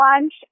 lunch